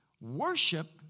Worship